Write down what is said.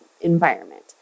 environment